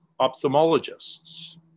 ophthalmologists